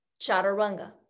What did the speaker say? chaturanga